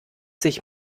sich